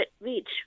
reach